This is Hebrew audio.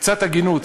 קצת הגינות.